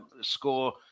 score